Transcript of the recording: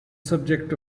subject